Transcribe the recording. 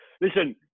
Listen